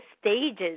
stages